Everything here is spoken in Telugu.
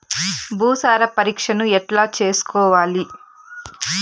భూసార పరీక్షను ఎట్లా చేసుకోవాలి?